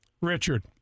Richard